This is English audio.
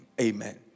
amen